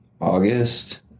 august